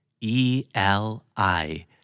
E-L-I